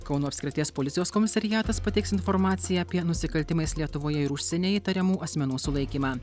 kauno apskrities policijos komisariatas pateiks informaciją apie nusikaltimais lietuvoje ir užsienyje įtariamų asmenų sulaikymą